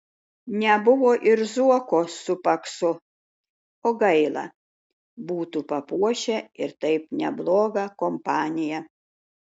nebuvo ir zuoko su paksu o gaila būtų papuošę ir taip neblogą kompaniją